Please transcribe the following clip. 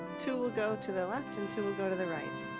two will go to the left, and two will go to the right.